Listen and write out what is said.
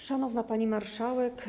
Szanowna Pani Marszałek!